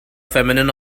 feminine